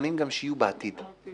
ומבחנים גם שיהיו בעתיד.